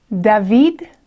David